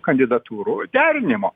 kandidatūrų derinimo